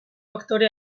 aktore